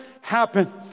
happen